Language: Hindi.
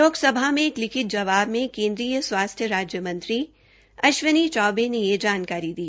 लोकसभा में एक लिखित जवाब में केन्द्रीय स्वास्थ्य राज्य मंत्री अश्विनी चौबे ने यह जानकारी दी